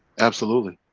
absolutely